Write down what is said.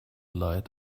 light